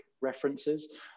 references